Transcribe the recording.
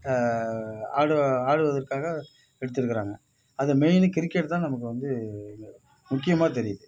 ஆடு ஆடுவதற்காக எடுத்திருக்குறாங்க அதில் மெயின் கிரிக்கெட் தான் நமக்கு வந்து முக்கியமாக தெரியுது